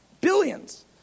Billions